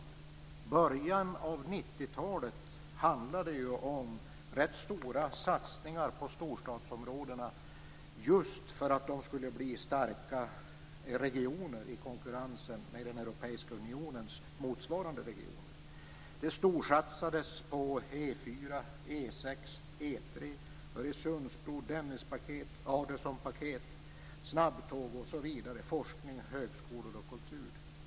I början av 90-talet gjordes rätt stora satsningar på storstadsområdena för att dessa skulle bli starka regioner i konkurrens med Europeiska unionens motsvarande regioner. Det storsatsades på E 4, E 6 och E 3, på Öresundsbro, Dennispaket, Adelsohnpaket, snabbtåg, forskning, högskolor, kultur osv.